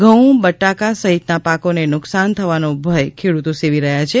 ઘઉં બટાકા સહિતના પાકોને નુકસાન થવાનો ભય ખેડૂતો સેવી રહ્યા છે